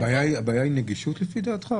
לפי דעתך הבעיה היא נגישות או שהבעיה